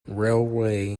railway